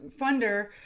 funder